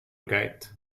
gate